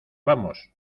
vamos